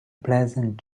pleasant